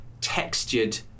textured